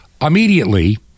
immediately